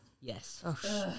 Yes